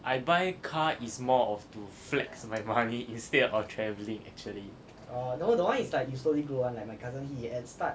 I buy car is more of to flex my money instead of travelling actually